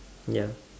ya